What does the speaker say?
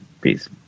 Peace